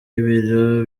y’ibiro